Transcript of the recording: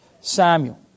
Samuel